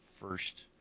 first